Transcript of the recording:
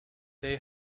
they